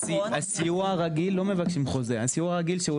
הסיוע הרגיל לא מבקשים חוזה הסיוע הרגיל לא